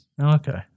okay